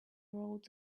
wrote